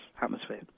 atmosphere